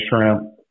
shrimp